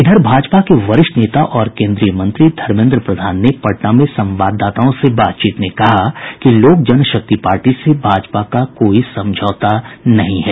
इधर भाजपा के वरिष्ठ नेता और केन्द्रीय मंत्री धर्मेन्द्र प्रधान ने पटना में संवाददाताओं से बातचीत में कहा कि लोक जनशक्ति पार्टी से भाजपा का कोई समझौता नहीं है